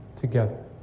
together